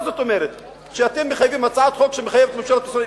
מה זאת אומרת שאתם מחייבים הצעת חוק שמחייבת את ממשלת ישראל,